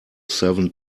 seven